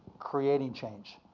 creating change.